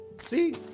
See